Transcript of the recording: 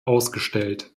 ausgestellt